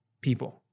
people